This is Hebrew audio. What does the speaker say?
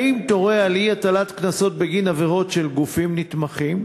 3. האם תורה על אי-הטלת קנסות בגין עבירות של גופים נתמכים?